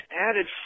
added